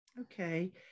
okay